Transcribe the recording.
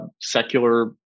secular